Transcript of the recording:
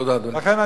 תודה, אדוני.